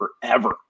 forever